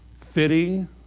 fitting